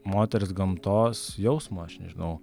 moters gamtos jausmą aš nežinau